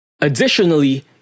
Additionally